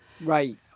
Right